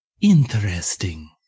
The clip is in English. interesting